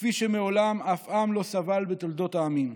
כפי שמעולם שום עם לא סבל בתולדות העמים.